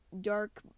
dark